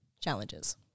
challenges